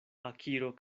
akiro